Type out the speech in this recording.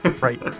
Right